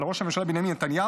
על ראש הממשלה בנימין נתניהו,